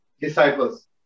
disciples